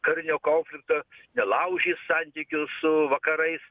karinio konflikto nelaužys santykių su vakarais